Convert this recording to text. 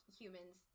humans